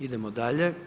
Idemo dalje.